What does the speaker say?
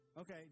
Okay